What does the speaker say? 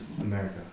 America